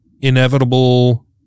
inevitable